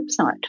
website